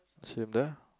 same there